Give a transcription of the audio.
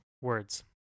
Words